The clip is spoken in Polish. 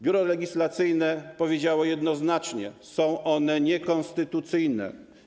Biuro Legislacyjne powiedziało jednoznacznie: są one niekonstytucyjne.